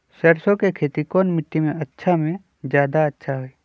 सरसो के खेती कौन मिट्टी मे अच्छा मे जादा अच्छा होइ?